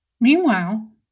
meanwhile